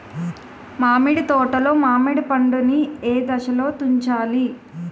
మామిడి తోటలో మామిడి పండు నీ ఏదశలో తుంచాలి?